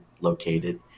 located